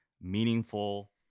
meaningful